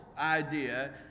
idea